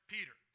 Peter